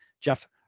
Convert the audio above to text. jeff